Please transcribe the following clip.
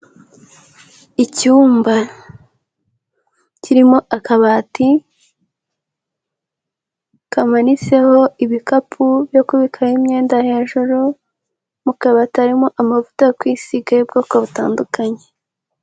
Icyumba kirimo akabati kamanitseho ibikapu byo kubikaho imyenda hejuru mu kabatarimo amavuta kwisiga y'ubwoko butandukanye.